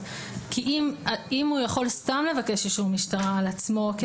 אם הוא יכול סתם לבקש אישור משטרה על עצמו,